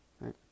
right